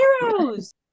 heroes